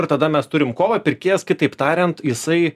ir tada mes turim kovą pirkėjas kitaip tariant jisai